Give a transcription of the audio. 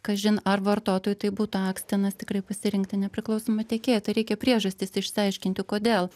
kažin ar vartotojui tai būtų akstinas tikrai pasirinkti nepriklausomą tiekėją tai reikia priežastis išsiaiškinti kodėl